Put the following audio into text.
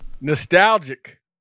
Nostalgic